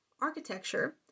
architecture